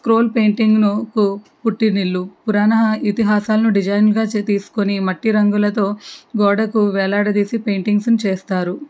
scroll పెయింటింగును పుట్టినిల్లు పురాణ ఇతిహాసాలును డిజైనుగా తీసుకొని మట్టి రంగులతో గోడకు వేలాడదీసి పెయింటింగ్స్ను చేస్తారు